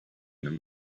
them